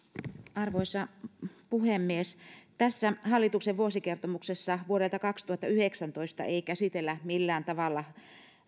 arvoisa puhemies tässä hallituksen vuosikertomuksessa vuodelta kaksituhattayhdeksäntoista ei käsitellä millään tavalla